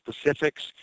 specifics